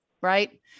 right